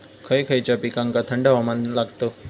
खय खयच्या पिकांका थंड हवामान लागतं?